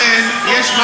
קדוש.